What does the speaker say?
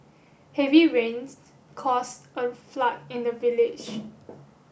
heavy rains caused a flood in the village